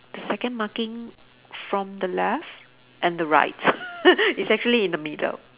the second marking from the left and the right it's actually in the middle